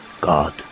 god